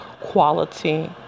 quality